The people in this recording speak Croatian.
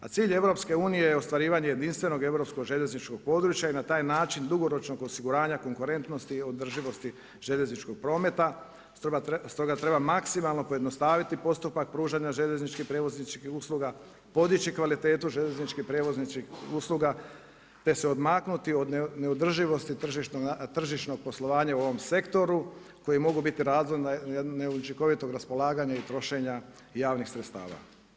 A cilj EU-a je ostvarivanje jedinstvenog europskog željezničkog područja i na taj način dugoročnog osiguranja konkurentnosti i održivosti željezničkog prometa, stoga treba maksimalno pojednostaviti postupak pružanja željezničkih prijevoznih usluga, podići kvalitetu željezničkih prijevoznih usluga, te se odmaknuti od neodrživosti tržišnog poslovanja u ovom sektoru, koji mogu biti razorne, neučinkovitog raspolaganja i trošenja javnih sredstava.